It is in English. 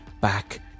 back